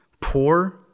poor